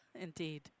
Indeed